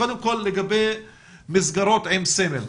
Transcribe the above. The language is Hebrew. קודם כל, לגבי מסגרות עם סמל.